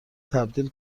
تبدیل